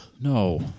No